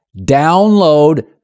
Download